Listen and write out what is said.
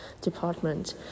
department